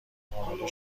حامله